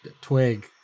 twig